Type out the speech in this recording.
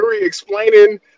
explaining